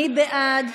מי בעד?